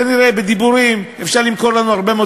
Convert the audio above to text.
כנראה בדיבורים אפשר למכור לנו הרבה מאוד